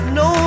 no